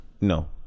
No